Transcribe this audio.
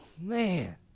man